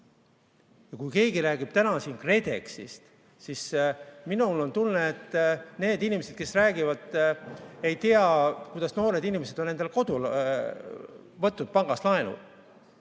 Kui keegi räägib siin KredExist, siis minul on tunne, et need inimesed, kes räägivad, ei tea, kuidas noored inimesed on võtnud pangast laenu.